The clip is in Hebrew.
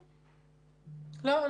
לא.